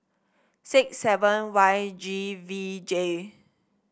six seven Y G V J